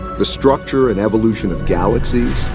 the structure and evolution of galaxies,